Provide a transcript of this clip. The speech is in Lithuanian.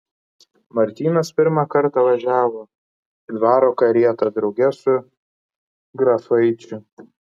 martynas pirmą kartą važiavo dvaro karieta drauge su grafaičiu